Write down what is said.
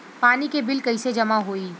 पानी के बिल कैसे जमा होयी?